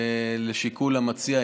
שזה לשיקול המציע.